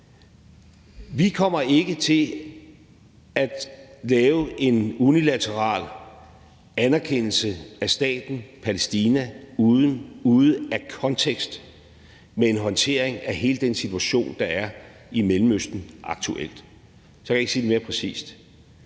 Vi kommer ikke til at lave en unilateral anerkendelse af staten Palæstina ude af kontekst med en håndtering af hele den situation, der er i Mellemøsten aktuelt. Så kan jeg ikke sige det mere præcis.